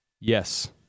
Yes